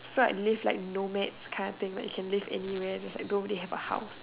so I live like nomads kind of thing like you can live anywhere cause nobody has a house